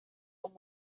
como